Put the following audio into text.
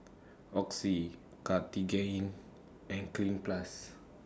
Oxy Cartigain and Cleanz Plus